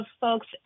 folks